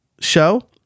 show